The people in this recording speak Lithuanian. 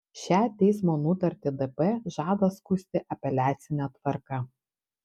šią teismo nutartį dp žada skųsti apeliacine tvarka